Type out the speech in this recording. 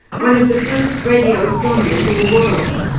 one of the first radio astronomers in the world.